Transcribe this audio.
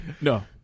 No